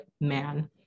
man